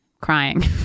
crying